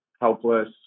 helpless